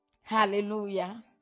Hallelujah